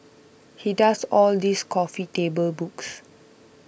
he does all these coffee table books